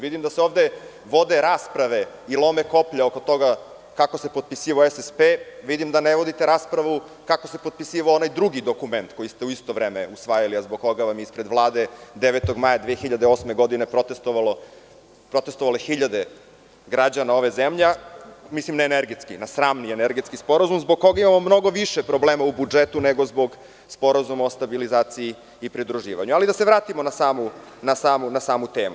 Vidim da se ovde vode rasprave i lome koplja oko toga kako se potpisivao SSP, vidim da ne vodite raspravu kako se potpisivao onaj drugi kada ste u isto vreme usvajali, a zbog koga vam je ispred Vlade 9. maja 2008. godine protestovalo hiljade građana ove zemlje, sramni energetski sporazum i zbog koga imamo mnogo više problema u budžetu, nego zbog Sporazuma o stabilizaciji i pridruživanju, ali da se vratimo na samu temu.